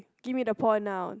gimme the point now